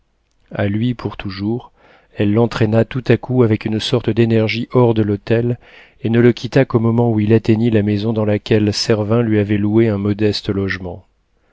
a lui pour toujours elle l'entraîna tout à coup avec une sorte d'énergie hors de l'hôtel et ne le quitta qu'au moment où il atteignit la maison dans laquelle servin lui avait loué un modeste logement